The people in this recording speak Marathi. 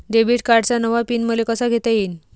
डेबिट कार्डचा नवा पिन मले कसा घेता येईन?